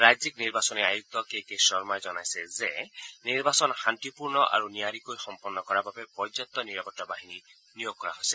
ৰাজ্যিক নিৰ্বাচনী আয়ুক্ত কে কে শৰ্মহি জনাইছে যে নিৰ্বাচন শান্তিপূৰ্ণ আৰু নিয়াৰীকৈ সম্পাদন কৰাৰ বাবে পৰ্যাপ্ত নিৰাপত্তা বাহিনী নিয়োগ কৰা হৈছে